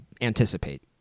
anticipate